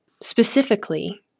Specifically